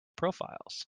profiles